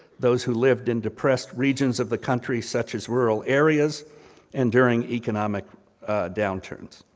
those who live in depressed regions of the country, such as rural areas enduring economic down turns.